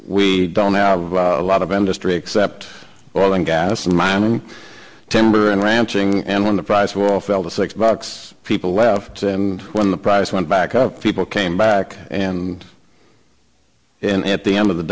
we don't have a lot of industry except well and gas and mining timber and ranching and when the price of all fell to six bucks people left and when the price went back up people came back and and at the end of the